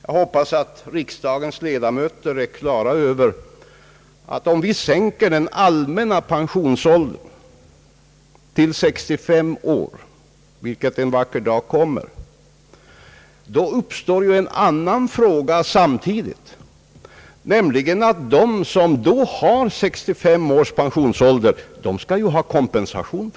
Jag hoppas att riksdagens ledamöter är klara över att om vi sänker den allmänna pensionsåldern till 65 år, vilket vi en vacker dag kommer ait göra, uppstår samtidigt en annan fråga, nämligen att de som då har 65 års pensionsålder skall ju ha kompensation.